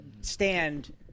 stand